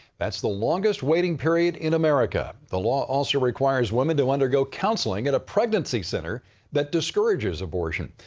thats the longest waiting period in america. the law also requires women to undergo counseling at a pregnancy center that discourages abortion.